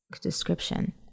description